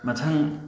ꯃꯊꯪ